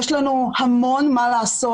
יש לנו המון מה לעשות,